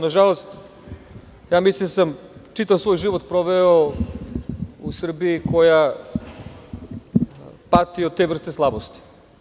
Na žalost, mislim da sam čitav svoj život proveo u Srbiji koja pati od te vrste slabosti.